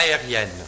aérienne